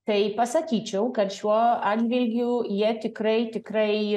tai pasakyčiau kad šiuo atžvilgiu jie tikrai tikrai